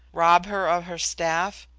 rob her of her staff,